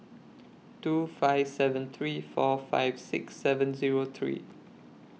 two five seven three four five six seven Zero three